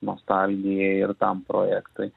nostalgijai ir tam projektui